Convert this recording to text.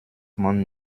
man